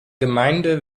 gemeinde